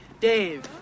Dave